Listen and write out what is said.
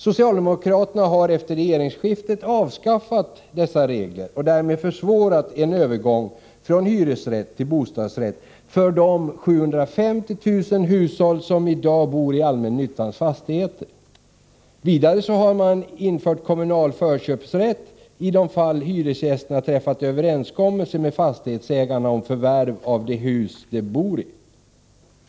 Socialdemokraterna har efter regeringsskiftet avskaffat dessa regler och därmed försvårat en övergång från hyresrätt till bostadsrätt för de 750 000 hushåll som i dag bor i allmännyttans fastigheter. Vidare har kommunal förköpsrätt införts i de fall hyresgästerna träffat överenskommelse med fastighetsägarna om förvärv av de hus de bor i.